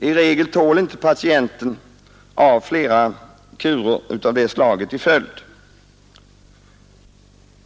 I regel tål inte patienten flera kurer i följd av det slaget.